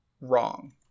wrong